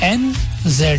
nz